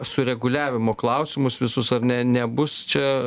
sureguliavimo klausimus visus ar ne nebus čia